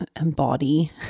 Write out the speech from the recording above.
embody